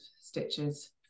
stitches